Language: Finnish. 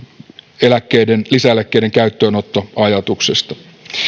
lisäeläkkeiden lisäeläkkeiden käyttöönottoajatuksesta